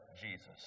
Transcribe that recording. Jesus